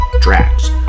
tracks